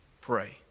Pray